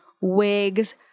wigs